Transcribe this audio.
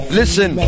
listen